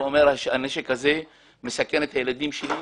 ואומרים שהנשק הזה מסכן את הילדים שלהם